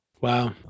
Wow